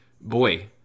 boy